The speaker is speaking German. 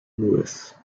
nevis